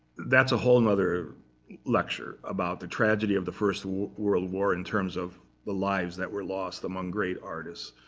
that's a whole um other lecture about the tragedy of the first world war, in terms of the lives that were lost among great artists.